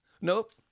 Nope